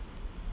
won't